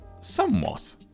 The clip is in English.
somewhat